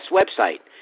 website